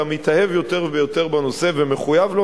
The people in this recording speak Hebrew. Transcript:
אתה מתאהב יותר ויותר בנושא ומחויב לו.